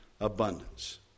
Abundance